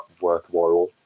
worthwhile